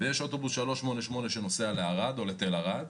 יש אוטובוס 338 שנוסע לערד או לתל ערד